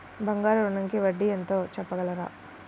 బంగారు ఋణంకి వడ్డీ ఎంతో చెప్పగలరా?